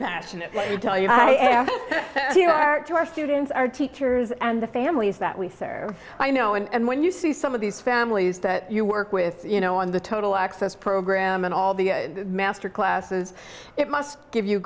passionate tell you i am here out to our students our teachers and the families that we serve i know and when you see some of these families that you work with you know on the total access program and all the master classes it must give you